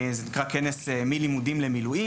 זה נקרא כנס מלימודים למילואים.